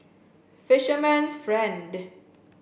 fisherman's friend